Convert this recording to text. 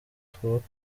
twubake